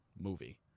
movie